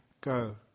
go